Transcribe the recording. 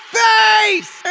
face